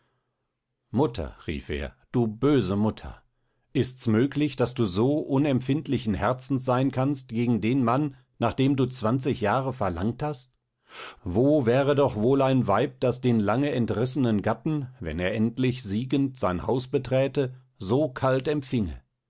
mutter rief er du böse mutter ist's möglich daß du so unempfindlichen herzens sein kannst gegen den mann nach dem du zwanzig jahre verlangt hast wo wäre doch wohl ein weib das den lange entrissenen gatten wenn er endlich siegend sein haus beträte so kalt empfinge